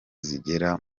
zigera